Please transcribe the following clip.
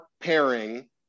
pairing